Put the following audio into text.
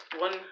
One